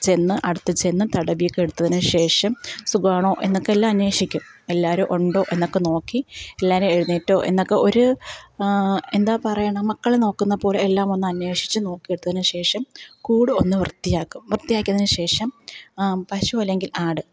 ചെന്ന് അടുത്ത് ചെന്ന് തടവിയൊക്കെ എടുത്തതിന് ശേഷം സുഖമാണോ എന്നൊക്കെ എല്ലാം അന്വേഷിക്കും എല്ലാവരുമുണ്ടോ എന്നൊക്കെ നോക്കി എല്ലാവരും എഴുന്നേറ്റോ എന്നൊക്കെ ഒരു എന്താ പറയണെ മക്കളെ നോക്കുന്നപോലെ എല്ലാമൊന്ന് അന്വേഷിച്ച് നോക്കിയെടുത്തതിനുശേഷം കൂട് ഒന്ന് വൃത്തിയാക്കും വൃത്തിയാക്കിയതിനുശേഷം പശു അല്ലെങ്കിൽ ആട്